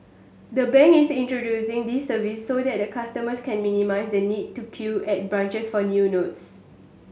the bank is introducing this service so that the customers can minimise the need to queue at branches for new notes